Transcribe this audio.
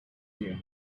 you